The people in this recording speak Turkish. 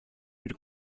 bir